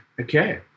Okay